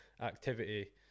activity